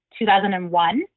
2001